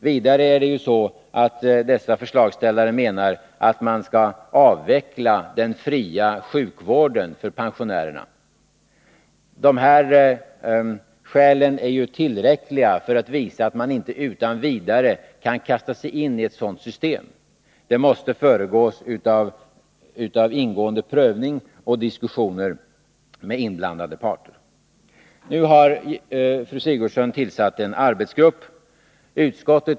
Vidare menar dessa förslagsställare att man skall avveckla den fria sjukvården för pensionärerna. De skälen är tillräckliga för att visa att man inte utan vidare kan kasta sig in i ett sådant system. Det måste föregås av ingående prövning och diskussioner med inblandade parter. Nu har fru Sigurdsen tillsatt en arbetsgrupp.